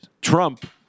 Trump